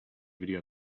video